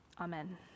Amen